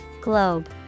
Globe